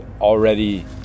already